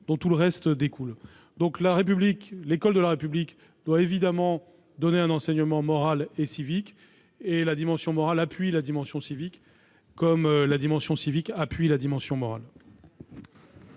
dont tous les autres découlent. L'école de la République doit évidemment dispenser un enseignement moral et civique ; la dimension morale appuie la dimension civique, comme la dimension civique soutient la dimension morale.